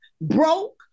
broke